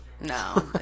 No